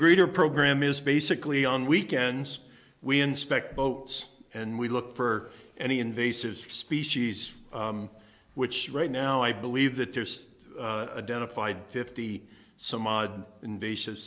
greeter program is basically on weekends we inspect boats and we look for any invasive species which right now i believe that there is a den of fide fifty some odd invasive